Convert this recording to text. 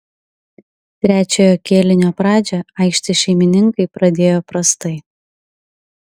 trečiojo kėlinio pradžią aikštės šeimininkai pradėjo prastai